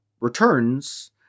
returns